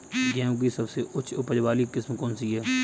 गेहूँ की सबसे उच्च उपज बाली किस्म कौनसी है?